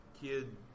kid